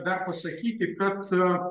dar pasakyti kad